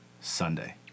Sunday